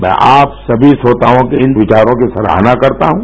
मैं आप सभी श्रोतायों के विचारों की सराहना करता हूँ